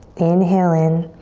inhale in.